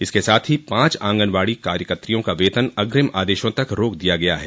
इसके साथ ही पाँच आंगनवाड़ी कार्यकत्रियों का वेतन अग्रिम आदेशों तक रोक दिया गया है